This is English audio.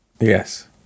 Yes